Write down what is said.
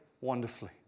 wonderfully